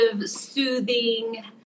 soothing